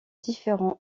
différents